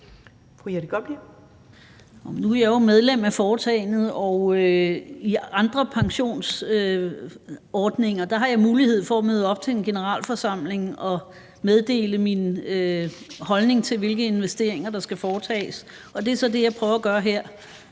Nu er jeg jo medlem af foretagendet. I andre pensionsordninger har jeg mulighed for at møde op til en generalforsamling og meddele min holdning til, hvilke investeringer der skal foretages – og det er så det, jeg prøver at gøre her.